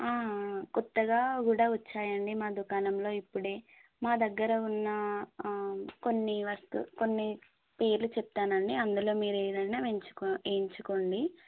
కొత్తగా కూడా వచ్చాయి అండి మా దుకాణంలో ఇప్పుడే మా దగ్గర ఉన్న కొన్ని వస్తు కొన్నిపేర్లు చెప్తాను అండి అందులో మీరు ఏదైన వెంచుకో ఎంచుకోండి